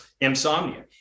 insomnia